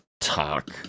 Talk